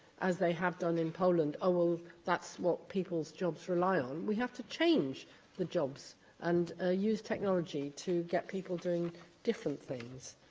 as they have done in poland, oh, that's what people's jobs rely on'. we have to change the jobs and use technology to get people doing different things.